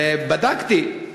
ובדקתי,